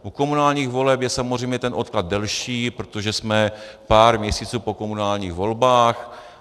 U komunálních voleb je samozřejmě ten odklad delší, protože jsme pár měsíců po komunálních volbách.